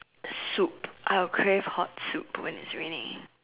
soup I will crave hot soup when it's raining